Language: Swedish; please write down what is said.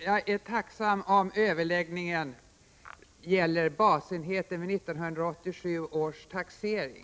Jag är tacksam om överläggningen i fortsättningen gäller basenheten vid 1987 års taxering.